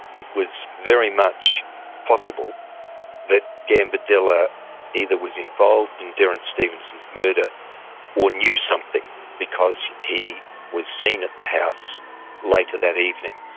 it was very much possible that gambardella either was involved in derrance stevenson's murder or knew something because he was seen at the house later that evening.